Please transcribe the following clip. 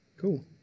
Cool